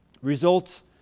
results